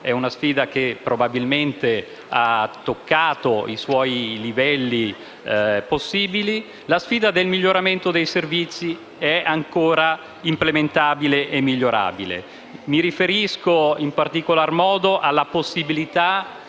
della limatura probabilmente ha toccato i suoi livelli possibili, quella del miglioramento dei servizi è ancora implementabile e migliorabile. Mi riferisco, in particolare, alla possibilità